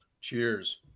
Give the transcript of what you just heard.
cheers